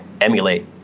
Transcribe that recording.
emulate